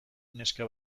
neska